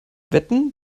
wetten